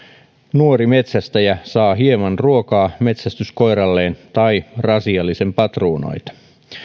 nuori metsästäjä saa hieman ruokaa metsästyskoiralleen tai rasiallisen patruunoita